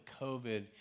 COVID